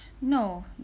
No